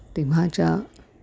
तेव्हाच्या